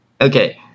Okay